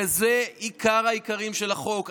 וזה עיקר-העיקרים של החוק.